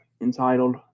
entitled